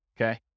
Okay